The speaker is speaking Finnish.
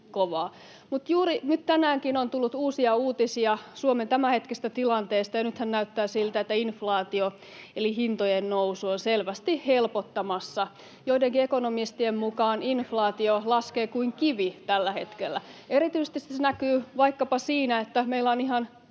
Mutta juuri nyt tänäänkin on tullut uusia uutisia Suomen tämänhetkisestä tilanteesta, ja nythän näyttää siltä, että inflaatio eli hintojen nousu on selvästi helpottamassa. Joidenkin ekonomistien mukaan inflaatio laskee kuin kivi tällä hetkellä. Erityisesti se näkyy vaikkapa siinä, että meillä on ihan